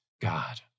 God